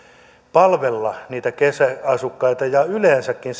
palvella niitä kesäasukkaita ja yleensäkin